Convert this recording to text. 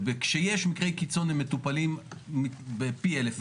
כשיש מקרי קיצון, הם מטופלים פי אלף.